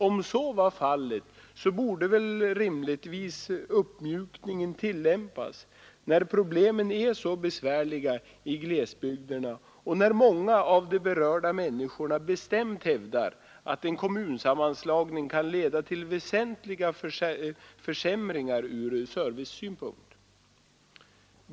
Om så var fallet, borde väl rimligtvis uppmjukningen tillämpas när problemen är så besvärliga i glesbygderna och när många av de berörda människorna bestämt hävdar att en kommunsammanslagning kan leda till väsentliga förändringar ur servicesynpunkt.